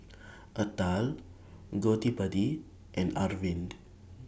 Atal Gottipati and Arvind